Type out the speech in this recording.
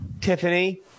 Tiffany